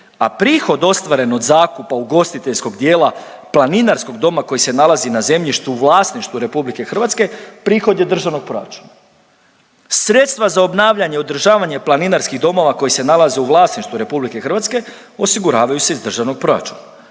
a prihod ostvaren od zakupa ugostiteljskog dijela planinarskog doma koji se nalazi za zemljištu u vlasništvu RH prihod je Državnog proračuna. Sredstva za obnavljanje i održavanje planinarskih domova koji se nalaze u vlasništvu RH osiguravaju se iz Državnog proračuna.